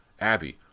Abby